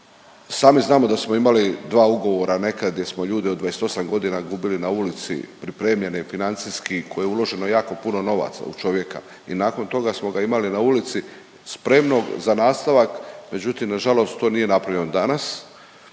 Sami znamo da smo imali dva ugovora nekad jer smo ljude od 28 godina gubili na ulici pripremljeni financijski u koje je uloženo jako puno novaca u čovjeka i nakon toga smo ga imali na ulici spremnog za nastavak međutim na žalost to nije napravljeno. Danas